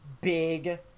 big